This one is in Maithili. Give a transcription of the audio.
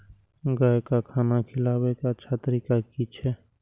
गाय का खाना खिलाबे के अच्छा तरीका की छे?